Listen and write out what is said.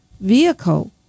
vehicle